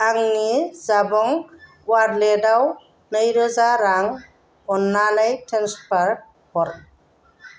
आंनि जाबं वालेटाव नैरोजा रां अन्नानै ट्रेन्सफार हर